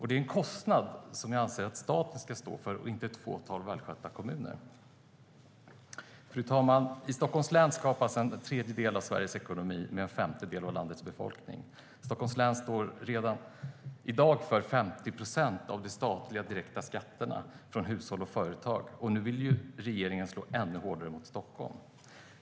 Det är en kostnad som jag anser att staten ska stå för, inte ett fåtal välskötta kommuner. Fru talman! I Stockholms län skapas en tredjedel av Sveriges ekonomi. Där bor en femtedel av landets befolkning. Stockholms län står redan i dag för 50 procent av de direkta statliga skatterna från hushåll och företag, och nu vill regeringen slå ännu hårdare mot Stockholm.